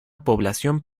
población